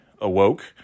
awoke